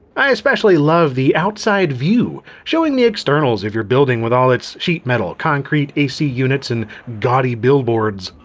i especially love the outside view, showing the externals of your building with all its sheet metal, concrete, ac units, and gaudy billboards.